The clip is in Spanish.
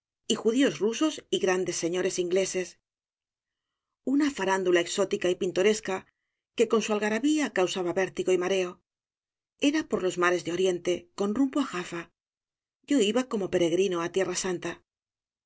y judíos rusos y grandes señores ingleses una farándula exótica y pintoresca que con su algarabía causaba vértigo y mareo era por los mares de oriente con rumbo á jafa yo iba como peregrino á tierra santa el